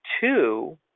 two